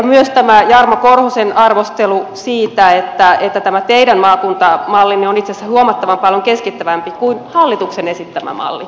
myös tämä jarmo korhosen arvostelu siitä että tämä teidän maakuntamallinne on itse asiassa huomattavan paljon keskittävämpi kuin hallituksen esittämä malli